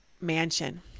mansion